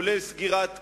לרבות סגירת כבישים,